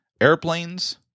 airplanes